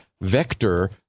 vector